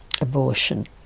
abortion